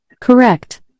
Correct